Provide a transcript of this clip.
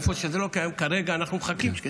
איפה שזה לא קיים, כרגע אנחנו מחכים.